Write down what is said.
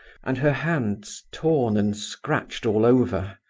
and her hands torn and scratched all over.